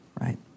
right